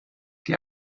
die